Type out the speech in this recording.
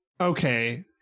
Okay